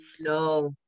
no